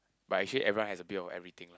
but actually everyone has a bit of everything lah